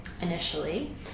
initially